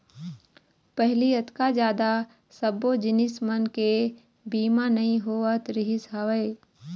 पहिली अतका जादा सब्बो जिनिस मन के बीमा नइ होवत रिहिस हवय